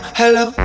hello